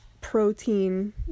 protein